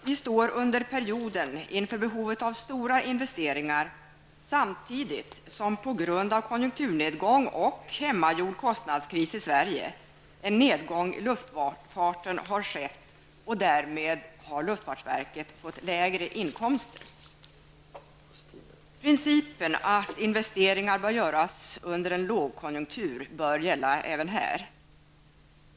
Vi står under perioden inför behovet av stora investeringar, samtidigt som, på grund av konjunkturnedgång och hemmagjord kostnadskris i Sverige, en nedgång i luftfarten har skett, vilket medfört lägre inkomster för luftfartsverket. Principen att investeringar bör göras under en lågkonjunktur bör gälla även här.